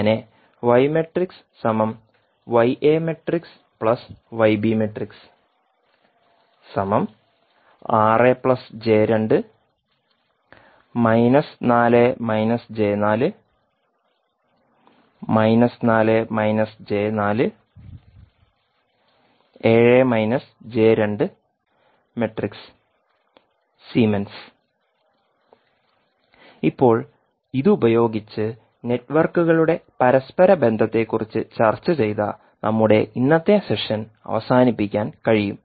അങ്ങനെ ഇപ്പോൾ ഇതുപയോഗിച്ച് നെറ്റ്വർക്കുകളുടെ പരസ്പര ബന്ധത്തെക്കുറിച്ച് ചർച്ച ചെയ്ത നമ്മുടെ ഇന്നത്തെ സെഷൻ അവസാനിപ്പിക്കാൻ കഴിയും